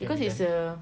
because it's a